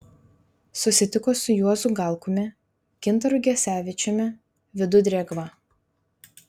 susitiko su juozu galkumi gintaru gesevičiumi vidu drėgva